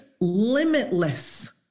limitless